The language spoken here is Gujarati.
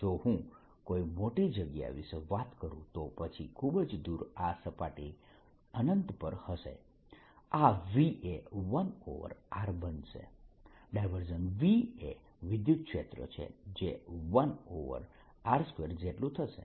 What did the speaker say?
જો હું કોઈ મોટી જગ્યા વિશે વાત કરું તો પછી ખૂબ જ દૂર આ સપાટી અનંત પર હશે આ V એ 1r બનશે V એ વિદ્યુતક્ષેત્ર છે જે 1r2 જેટલું થશે